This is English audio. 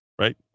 right